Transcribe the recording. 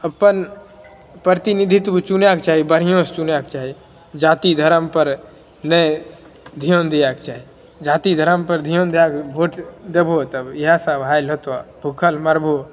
अपन प्रतिनिधित्व चुनैके चाही बढ़िआँ से चुनैके चाही जाति धरम पर नहि धिआन दिएके चाही जाति धरम पर धिआन दैके भोट देबहो तब इएह सब हाल होयतौ भुखल मरबहो